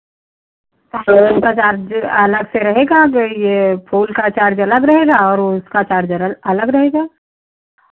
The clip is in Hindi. तो उनका चार्ज़ अलग से रहेगा अब ये फूल का चार्ज़ अलग रहेगा और वो उसका चार्ज़ अलग रहेगा